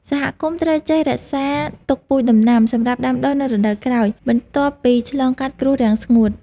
សហគមន៍ត្រូវចេះរក្សាទុកពូជដំណាំសម្រាប់ដាំដុះនៅរដូវក្រោយ បន្ទាប់ពីឆ្លងកាត់គ្រោះរាំងស្ងួត។